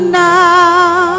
now